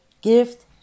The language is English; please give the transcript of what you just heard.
gift